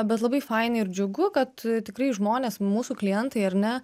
bet labai faina ir džiugu kad tikrai žmonės mūsų klientai ar ne